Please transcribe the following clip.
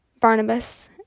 Barnabas